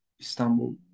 istanbul